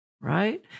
right